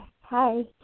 Hi